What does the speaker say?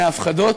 מהפחדות,